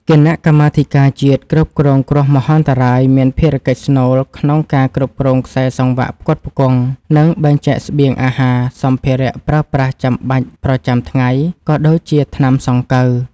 គណៈកម្មាធិការជាតិគ្រប់គ្រងគ្រោះមហន្តរាយមានភារកិច្ចស្នូលក្នុងការគ្រប់គ្រងខ្សែសង្វាក់ផ្គត់ផ្គង់ និងបែងចែកស្បៀងអាហារ សម្ភារៈប្រើប្រាស់ចាំបាច់ប្រចាំថ្ងៃ ក៏ដូចជាថ្នាំសង្កូវ។